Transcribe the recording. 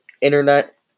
Internet